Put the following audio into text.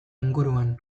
inguruan